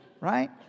right